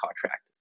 contract